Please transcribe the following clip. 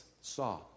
saw